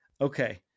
Okay